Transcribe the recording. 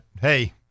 hey